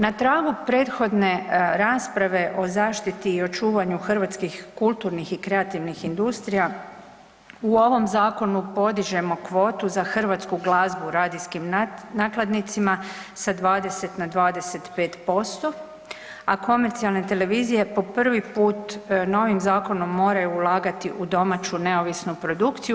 Na tragu prethodne rasprave o zaštiti i očuvanju hrvatskih kulturnih i kreativnih industrija u ovom zakonu podižemo kvotu za hrvatsku glazbu radijskim nakladnicima sa 20 na 25%, a komercijalne televizije po prvi put novim zakonom moraju ulagati u domaću neovisnu produkciju.